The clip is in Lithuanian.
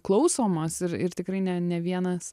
klausomos ir ir tikrai ne ne vienas